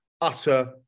utter